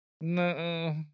No